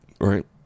Right